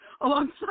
alongside